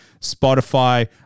Spotify